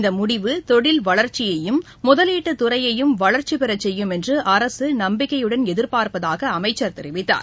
இந்த முடிவு தொழில் வளர்ச்சியையும் முதலீட்டு துறையையும் வளர்ச்சிப் பெறச் செய்யும் என்று அரசு நம்பிக்கையுடன் எதிர்பார்ப்பதாக அமைச்சர் தெரிவித்தார்